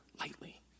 lightly